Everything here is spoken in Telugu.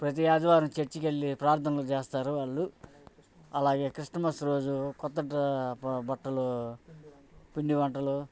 ప్రతి ఆదివారం చర్చికు వెళ్ళి ప్రార్థనలు చేస్తారు వాళ్ళు అలాగే క్రిస్మస్ రోజు కొత్త బట్టలు పిండి వంటలు